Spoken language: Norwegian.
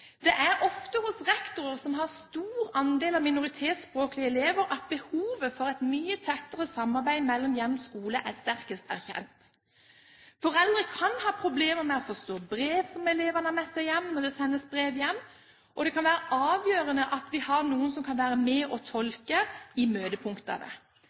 ofte hos rektorer som har stor andel av minoritetsspråklige elever, at behovet for et mye tettere samarbeid mellom hjem og skole er sterkest erkjent. Foreldre kan ha problemer med å forstå brev som elevene har med seg hjem, og det kan være avgjørende at vi har noen som kan være med og tolke i møtepunktene. En av de sterkeste opplevelsene jeg har hatt, var å